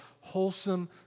wholesome